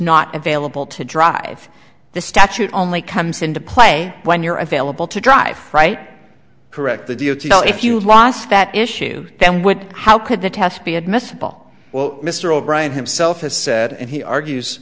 not available to drive the statute only comes into play when you're available to drive right correct the d o t so if you lost that issue then would how could the test be admissible well mr o'brien himself has said and he argues